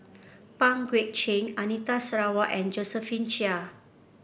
Pang Guek Cheng Anita Sarawak and Josephine Chia